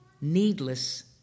needless